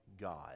God